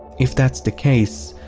if that's the case,